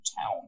town